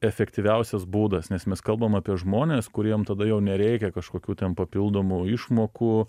efektyviausias būdas nes mes kalbam apie žmones kuriem tada jau nereikia kažkokių ten papildomų išmokų